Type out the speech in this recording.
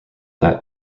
that